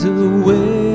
away